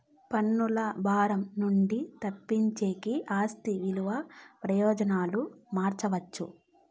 పన్నుల భారం నుండి తప్పించేకి ఆస్తి విలువ ప్రయోజనాలు మార్చవచ్చు